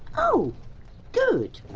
oh good,